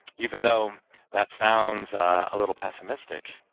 even though that sounds a little pessimistic,